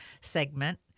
segment